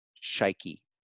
shaky